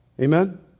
Amen